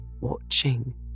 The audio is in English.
watching